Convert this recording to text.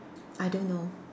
I don't know